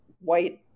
white